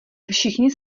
všichni